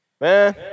Man